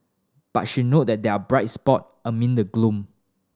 but she note that they are bright spot amid the gloom